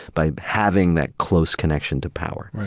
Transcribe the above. by having that close connection to power.